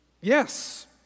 Yes